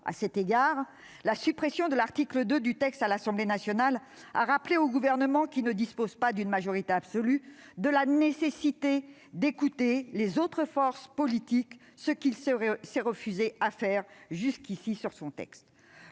À cet égard, la suppression de l'article 2 à l'Assemblée nationale a rappelé au Gouvernement, qui ne dispose pas d'une majorité absolue, la nécessité d'écouter les autres forces politiques, ce qu'il s'est refusé à faire jusqu'ici. Le